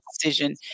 decision